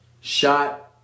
shot